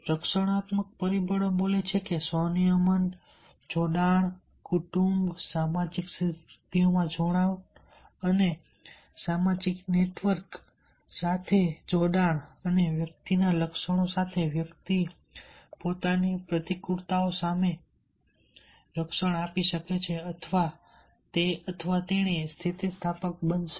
રક્ષણાત્મક પરિબળો બોલે છે કે સ્વ નિયમન જોડાણો કુટુંબ સામાજિક સિદ્ધિઓમાં જોડાણ એ સામાજિક નેટવર્ક સાથે અને વ્યક્તિત્વના લક્ષણો સાથે વ્યક્તિ પોતાની જાતને પ્રતિકૂળતાઓ સામે રક્ષણ આપી શકે છે અથવા તે અથવા તેણી સ્થિતિસ્થાપક બનશે